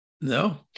No